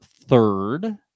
third